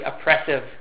oppressive